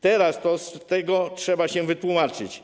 Teraz z tego trzeba się wytłumaczyć.